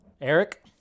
Eric